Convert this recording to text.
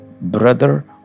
brother